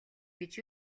гэж